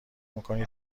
میکنی